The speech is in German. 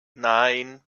nein